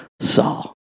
Saul